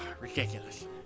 Ridiculous